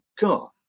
God